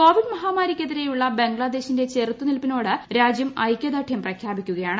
Covid മഹാമാരിയ്ക്കെതിരെയുള്ള ബംഗ്ലാദേശിന്റെ ചെറുത്തു നിൽപ്പിനോട് രാജ്യം ഐക്യദാർഢ്യം പ്രഖ്യാപിക്കുകയാണ്